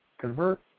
convert